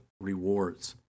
rewards